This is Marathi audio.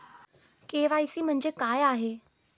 के.वाय.सी म्हणजे काय आहे?